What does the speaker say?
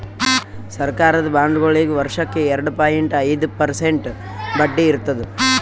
ಸರಕಾರದ ಬಾಂಡ್ಗೊಳಿಗ್ ವರ್ಷಕ್ಕ್ ಎರಡ ಪಾಯಿಂಟ್ ಐದ್ ಪರ್ಸೆಂಟ್ ಬಡ್ಡಿ ಇರ್ತದ್